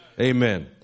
Amen